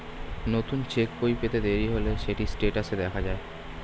নতুন চেক্ বই পেতে দেরি হলে সেটি স্টেটাসে দেখা যায়